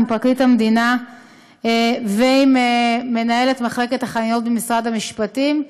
עם פרקליט המדינה ועם מנהלת מחלקת החנינות במשרד המשפטים,